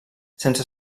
sense